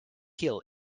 hill